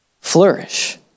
flourish